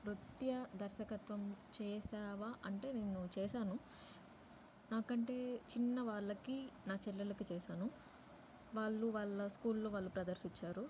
నృత్య దర్శకత్వం చేసావా అంటే నేను చేసాను నాకంటే చిన్న వాళ్ళకి నా చెల్లల్లకి చేసాను వాళ్ళు వాళ్ళ స్కూల్లో వాళ్ళు ప్రదర్శించారు